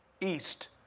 east